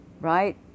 right